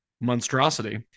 monstrosity